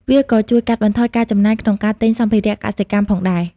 វាក៏ជួយកាត់បន្ថយការចំណាយក្នុងការទិញសម្ភារៈកសិកម្មផងដែរ។